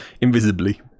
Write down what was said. Invisibly